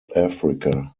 africa